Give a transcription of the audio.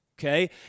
okay